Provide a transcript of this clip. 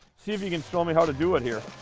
see if you can show me how to do it here?